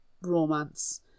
romance